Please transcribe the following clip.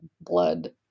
blood